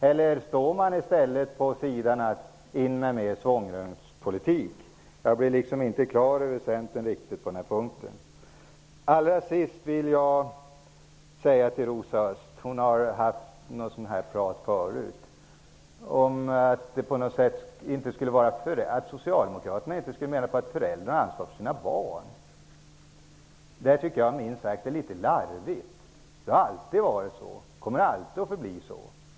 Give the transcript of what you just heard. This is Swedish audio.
Eller vill man ha in mer svångremspolitik? Jag blir inte riktigt på det klara med Centern på denna punkt. Rosa Östh påstod att Socialdemokraterna inte menar att föräldrarna skall ha ansvar för sina barn. Det påståendet tycker jag minst sagt är litet larvigt. Vi kommer alltid att anse att föräldrarna skall ha ansvar för sina barn.